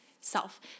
self